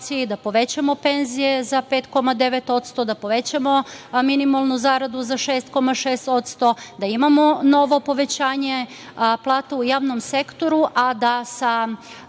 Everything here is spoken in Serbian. da povećamo penzije za 5,9%, da povećamo minimalnu zaradu za 6,6%, da imamo novo povećanje plata u javnom sektoru, a da sa